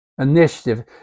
initiative